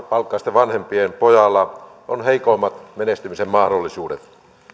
vanhempien pojalla on heikoimmat menestyksen mahdollisuudet